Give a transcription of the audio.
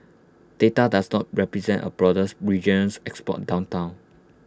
data does not represent A broader regional export downturn